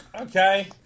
okay